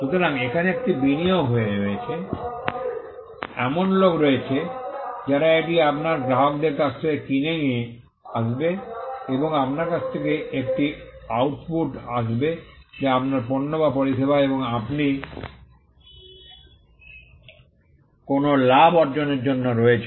সুতরাং এখানে একটি বিনিয়োগ রয়েছে এমন লোক রয়েছে যারা এটি আপনার গ্রাহকদের কাছ থেকে কিনে নিয়ে আসবে এবং আপনার কাছ থেকে একটি আউটপুট আসবে যা আপনার পণ্য বা পরিষেবা এবং আপনি কোনও লাভ অর্জনের জন্য রয়েছেন